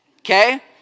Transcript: Okay